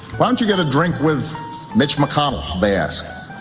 why don't you get a drink with mitch mcconnell, they ask.